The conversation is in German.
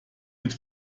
mit